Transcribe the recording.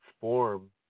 form